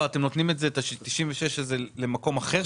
אתם נותנים את ה-96 הזה למקום אחר?